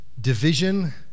division